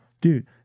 Dude